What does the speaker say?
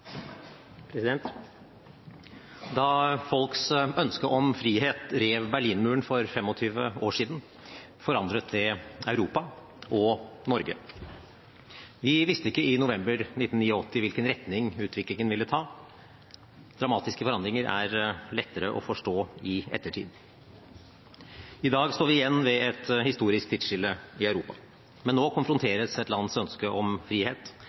Da folks ønske om frihet rev Berlinmuren for 25 år siden, forandret det Europa – og Norge. Vi visste ikke i november 1989 hvilken retning utviklingen ville ta. Dramatiske forandringer er lettere å forstå i ettertid. I dag står vi igjen ved et historisk tidsskille i Europa. Men nå konfronteres et folks ønske om frihet